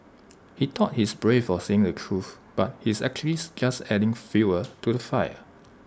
he thought he's brave for saying the truth but he's actually just adding fuel to the fire